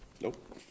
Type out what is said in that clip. Nope